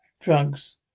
Drugs